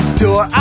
door